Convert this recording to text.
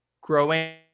growing